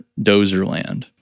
Dozerland